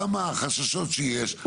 גם החששות שיש,